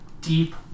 deep